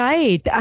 Right